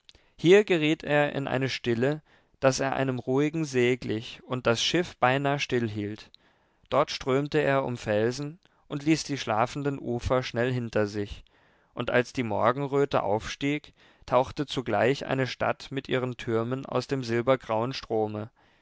hier geriet er in eine stille daß er einem ruhigen see glich und das schiff beinah stillhielt dort strömte er um felsen und ließ die schlafenden ufer schnell hinter sich und als die morgenröte auf stieg tauchte zugleich eine stadt mit ihren türmen aus dem silbergrauen strome